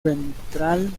ventral